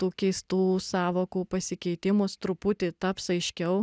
tų keistų sąvokų pasikeitimus truputį taps aiškiau